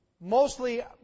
Mostly